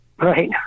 Right